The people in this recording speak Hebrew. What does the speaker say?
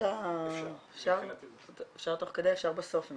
אפשר תוך כדי, אפשר בסוף.